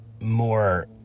more